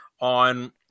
on